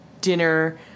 dinner